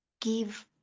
give